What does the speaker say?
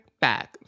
back